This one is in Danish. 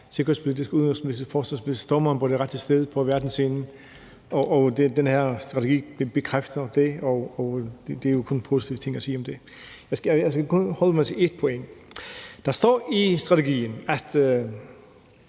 Sikkerhedspolitisk, udenrigspolitisk og forsvarspolitisk står man det rigtige sted på verdensscenen, og den her strategi bekræfter det, og der er jo kun positive ting at sige om det. Jeg skal holde mig til én pointe. Der står i strategien, at